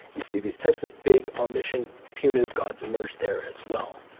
you see these types of big, omniscient, punitive gods emerge there, as well.